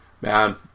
Man